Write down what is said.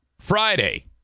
Friday